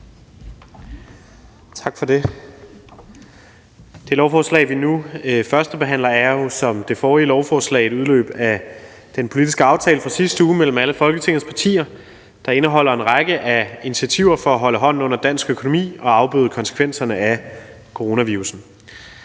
Tak for det. Det lovforslag, vi nu førstebehandler, er jo, som det forrige lovforslag, en udløber af den politiske aftale fra sidste uge mellem alle Folketingets partier, der indeholder en række initiativer for at holde hånden under dansk økonomi og afbøde konsekvenserne af coronavirussen.